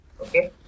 Okay